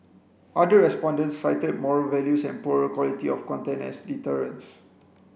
other respondents cited moral values and poorer quality of content as deterrents